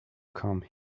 come